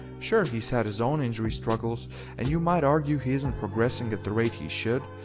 sure, he's had his own injury struggles and you might argue he isn't progressing at the rate he should,